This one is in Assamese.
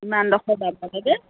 ইমানডোখৰ বাট